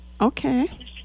Okay